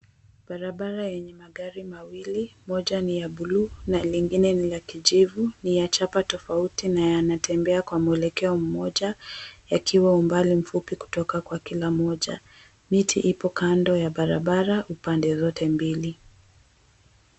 Barabara yenye magari mawili moja ni la bluu lingine ni la kijivu ni ya chapa tofauti na yanatembea kwa mweleko mmoja yakiwa umbali mfupi kutoka kwa kila mmoja, miti ipo kando ya barabara upande zote mbili.